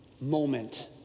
moment